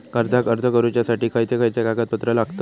कर्जाक अर्ज करुच्यासाठी खयचे खयचे कागदपत्र लागतत